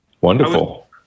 wonderful